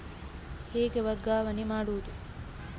ಹೇಗೆ ವರ್ಗಾವಣೆ ಮಾಡುದು?